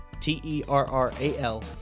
T-E-R-R-A-L